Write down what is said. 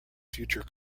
future